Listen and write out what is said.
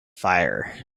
fire